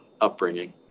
upbringing